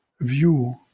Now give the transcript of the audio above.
view